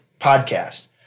podcast